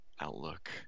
outlook